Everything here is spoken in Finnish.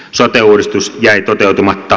sote uudistus jäi toteutumatta